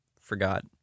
Forgot